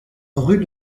rue